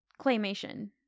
claymation